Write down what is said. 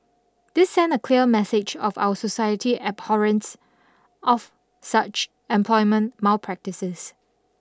this send a clear message of our society's abhorrence of such employment malpractices